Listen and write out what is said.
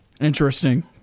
Interesting